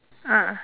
ah